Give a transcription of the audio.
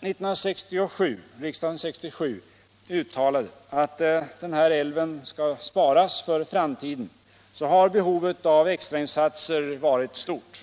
riksdagen 1967 uttalade att Vindelälven skall sparas för framtiden så har behovet av extrainsatser varit stort.